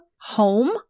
home